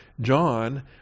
John